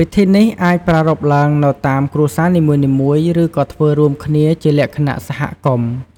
ពិធីនេះអាចប្រារព្ធឡើងនៅតាមគ្រួសារនីមួយៗ ឬក៏ធ្វើរួមគ្នាជាលក្ខណៈសហគមន៍។